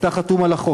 אתה חתום על החוק.